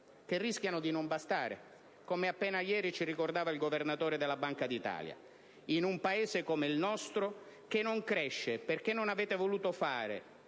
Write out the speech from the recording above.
che rischiano comunque di non bastare, come appena ieri ci ricordava il Governatore della Banca d'Italia. In un Paese come il nostro, che non cresce perché non avete voluto fare,